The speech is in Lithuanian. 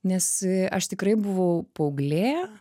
nes aš tikrai buvau paauglė